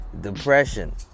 depression